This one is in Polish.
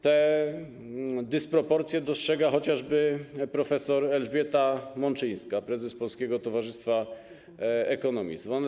Te dysproporcje dostrzega chociażby profesor Elżbieta Mączyńska, prezes Polskiego Towarzystwa Ekonomicznego.